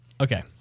Okay